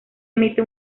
emite